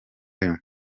rimwe